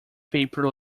paper